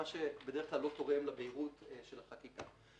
מה שלא תורם לבהירות של החקיקה.